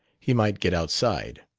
he might get outside.